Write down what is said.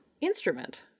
instrument